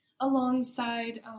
alongside